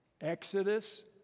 Exodus